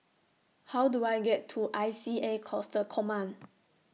How Do I get to I C A Coastal Command